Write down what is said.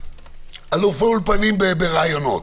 האולפנים בראיונות.